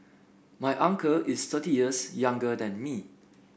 my uncle is thirty years younger than me